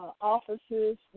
offices